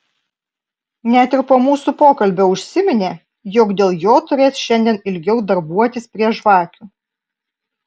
net ir po mūsų pokalbio užsiminė jog dėl jo turės šiandien ilgiau darbuotis prie žvakių